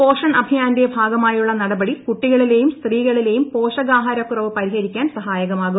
പോഷൺ അഭിയാന്റെ ഭാഗമായുള്ള നടപടി കുട്ടികളിലെയും സ്ത്രീകളിലെയും പോഷകാഹാരക്കുറവ് പരിഹരിക്കാൻ സഹായകമാകും